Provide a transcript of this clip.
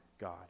God